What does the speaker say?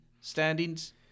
standings